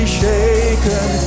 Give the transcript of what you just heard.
shaken